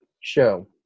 show